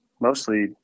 mostly